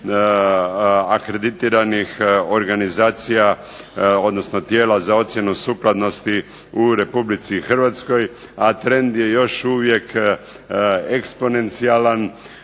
akreditiranih organizacija, odnosno tijela za ocjenu sukladnosti u Republici Hrvatskoj, a trend je još uvijek eksponencijalan